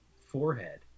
forehead